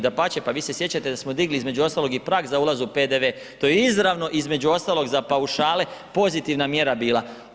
Dapače, pa vi se sjećate da smo digli između ostalog i prag za ulaz u PDV to je izravno između ostalog za paušale pozitivna mjera bila.